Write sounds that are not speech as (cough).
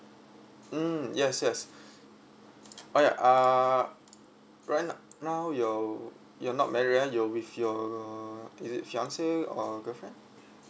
mm yes yes (breath) oh ya uh right now you you're not married right your with is it fiance or girlfriend